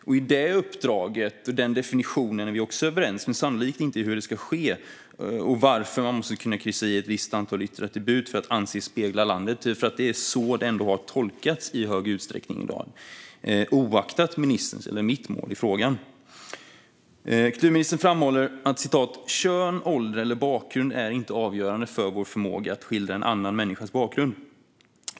Om det uppdraget och den definitionen är vi också överens, men sannolikt inte om hur det ska ske och varför man måste kunna kryssa i ett visst antal yttre attribut för att anses spegla landet. Så har det ändå tolkats i stor utsträckning i dag, oaktat ministerns eller mitt mål i frågan. Kulturministern framhåller: "Kön, ålder eller bakgrund är inte avgörande för vår förmåga att skildra en annan människas verklighet."